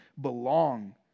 belong